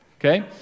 Okay